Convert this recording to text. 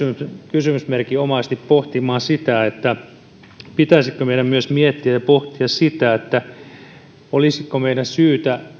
kysymysmerkin omaisesti pohtimaan sitä pitäisikö meidän myös miettiä ja pohtia sitä olisiko meidän syytä